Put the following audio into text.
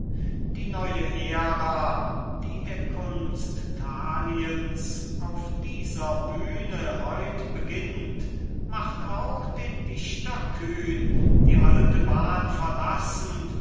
die neue ära die der kunst thaliens auf dieser bühne heut beginnt macht auch den dichter kühn die alte bahn verlassend